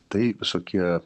tai visokie